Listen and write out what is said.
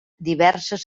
diverses